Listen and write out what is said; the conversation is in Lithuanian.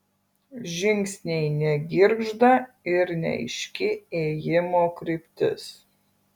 žingsniai negirgžda ir neaiški ėjimo kryptis